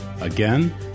Again